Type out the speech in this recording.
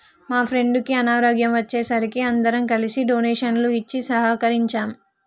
మా ఫ్రెండుకి అనారోగ్యం వచ్చే సరికి అందరం కలిసి డొనేషన్లు ఇచ్చి సహకరించాం